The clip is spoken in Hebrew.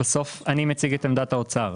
אני מציג את עמדת האוצר.